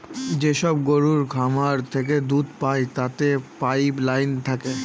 যেসব গরুর খামার থেকে দুধ পায় তাতে পাইপ লাইন থাকে